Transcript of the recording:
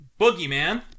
Boogeyman